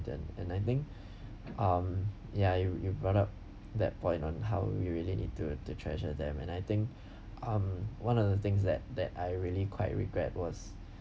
and and I think um ya you you brought up that point on how we really need to to treasure them and I think um one of the things that that I really quite regret was